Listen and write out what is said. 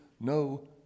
no